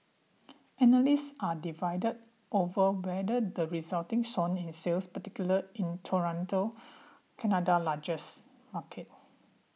analysts are divided over whether the resulting swoon in sales particularly in Toronto Canada largest market